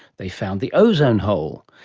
they found the ozone hole.